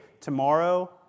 tomorrow